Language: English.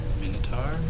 Minotaur